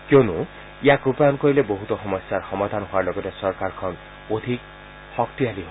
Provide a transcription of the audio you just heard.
কিয়নো ইয়াক ৰূপায়ণ কৰিলে বহুতো সমস্যাৰ সমাধান হোৱাৰ লগতে চৰকাৰখনক অধিক শক্তিশালী কৰিব